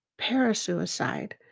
parasuicide